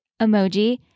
emoji